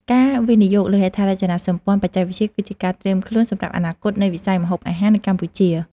ការវិនិយោគលើហេដ្ឋារចនាសម្ព័ន្ធបច្ចេកវិទ្យា គឺជាការត្រៀមខ្លួនសម្រាប់អនាគតនៃវិស័យម្ហូបអាហារនៅកម្ពុជា។